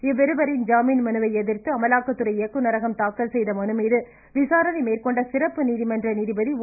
இவ்விருவரின் ஜாமீன் மனுவை எதிர்த்து அமலாக்கத்துறை இயக்குனரகம் மேற்கொண்ட தாக்கல் செய்த மனுமீது விசாரணை சிறப்பு நீதிமன்ற நீதிபதி ஒ